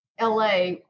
LA